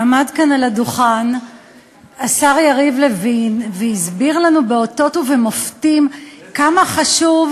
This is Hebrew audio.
עמד כאן על הדוכן השר יריב לוין והסביר לנו באותות ובמופתים כמה חשוב,